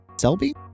Selby